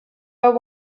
are